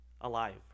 alive